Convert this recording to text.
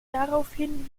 daraufhin